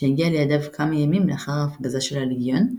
שהגיעה לידיו כמה ימים לאחר ההפגזה של הלגיון,